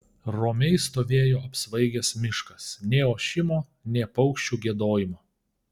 romiai stovėjo apsvaigęs miškas nė ošimo nė paukščių giedojimo